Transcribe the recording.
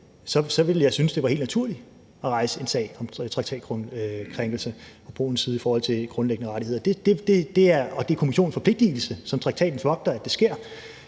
ville jeg synes, det var helt naturligt at rejse en sag om traktatkrænkelse fra Polens side i forhold til grundlæggende rettigheder, og det er Kommissionens forpligtigelse som traktatens vogter, at få det